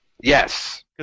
Yes